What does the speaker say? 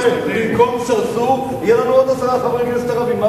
במקום צרצור יהיו לנו עוד עשרה חברי כנסת ערבים,